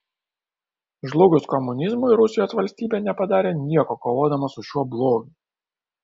žlugus komunizmui rusijos valstybė nepadarė nieko kovodama su šiuo blogiu